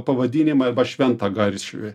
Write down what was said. pavadinimai arba šventagaršvė